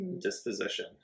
disposition